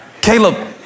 Caleb